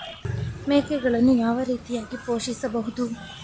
ಮೇಕೆಗಳನ್ನು ಯಾವ ರೀತಿಯಾಗಿ ಪೋಷಿಸಬಹುದು?